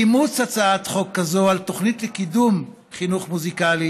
אימוץ הצעת חוק כזאת על תוכנית לקידום חינוך מוזיקלי